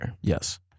Yes